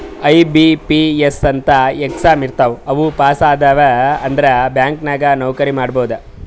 IBPS ಅಂತ್ exam ಇರ್ತಾವ್ ಅವು ಪಾಸ್ ಆದ್ಯವ್ ಅಂದುರ್ ಬ್ಯಾಂಕ್ ನಾಗ್ ನೌಕರಿ ಮಾಡ್ಬೋದ